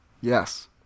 Yes